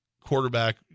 quarterback